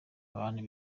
abantu